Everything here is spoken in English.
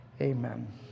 Amen